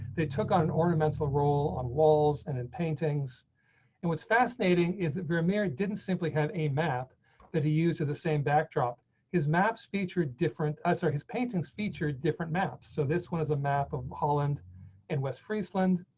they took on an ornamental role on walls and and paintings jim salzman and what's fascinating is that you're married didn't simply had a map that he used to the same backdrop is maps feature different ah so his paintings feature different maps. so this one is a map of holland and west for iceland.